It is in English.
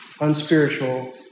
unspiritual